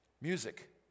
music